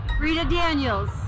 rita-daniels